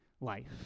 life